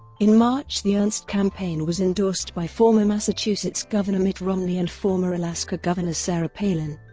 in march the ernst campaign was endorsed by former massachusetts governor mitt romney and former alaska governor sarah palin.